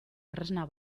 tresna